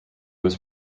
was